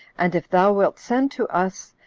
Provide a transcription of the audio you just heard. and if thou wilt send to us,